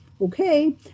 okay